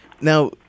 Now